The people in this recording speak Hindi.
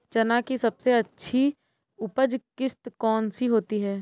चना की सबसे अच्छी उपज किश्त कौन सी होती है?